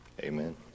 amen